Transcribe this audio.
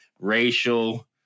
racial